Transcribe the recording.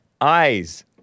eyes